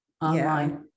online